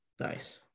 Nice